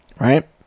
Right